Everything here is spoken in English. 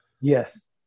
Yes